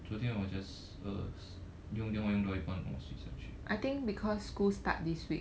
昨天我 just uh 用电话用到一半 then 我睡下去